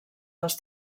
dels